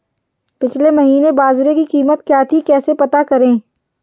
पिछले महीने बाजरे की कीमत क्या थी कैसे पता करें?